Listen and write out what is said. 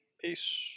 Peace